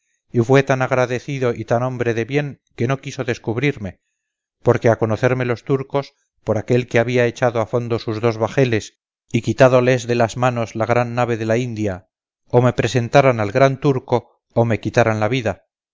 y fue tan agradecido y tan hombre de bien que no quiso descubrirme porque a conocerme los turcos por aquel que había echado a fondo sus dos bajeles y quitádoles de las manos la gran nave de la india o me presentaran al gran turco o me quitaran la vida